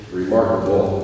remarkable